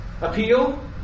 Appeal